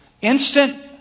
instant